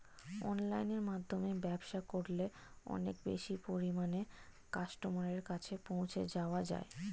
অনলাইনের মাধ্যমে ব্যবসা করলে অনেক বেশি পরিমাণে কাস্টমারের কাছে পৌঁছে যাওয়া যায়?